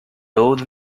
old